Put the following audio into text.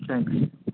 thanks